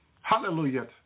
Hallelujah